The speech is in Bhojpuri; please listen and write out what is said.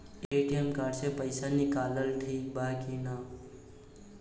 ए.टी.एम कार्ड से पईसा निकालल ठीक बा की ना?